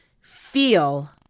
feel